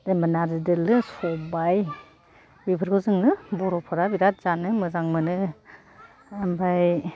बे नारजि दोलो सबाइ बेफोरखौ जोङो बर'फोरा बिरात जानो मोजां मोनो ओमफ्राय